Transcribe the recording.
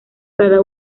cada